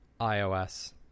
iOS